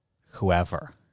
whoever